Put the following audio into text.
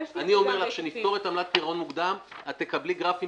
אני אומר לך שכשנספור את עמלת פירעון מוקדם את תקבלי גרפים